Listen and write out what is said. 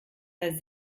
bei